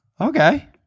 Okay